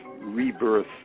rebirth